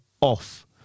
off